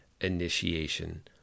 Initiation